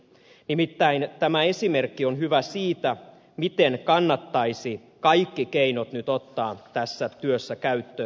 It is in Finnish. nimittäin tämä on hyvä esimerkki siitä miten kannattaisi kaikki keinot nyt ottaa tässä työssä käyttöön